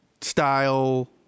style